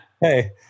Hey